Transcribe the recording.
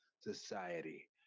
society